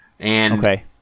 Okay